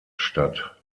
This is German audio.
statt